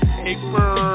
paper